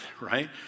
right